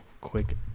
quick